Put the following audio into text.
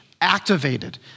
activated